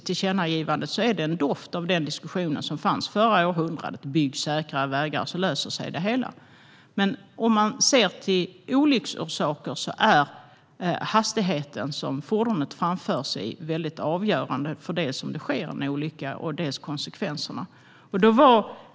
Tillkännagivandet har en doft av diskussionen från förra århundradet som gick ut på att om man bygger säkrare vägar löser sig det hela. Men om man ser till olycksorsaker ser man att hastigheten som fordonet framförs i är avgörande dels för om det sker en olycka, dels för konsekvenserna.